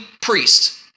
priest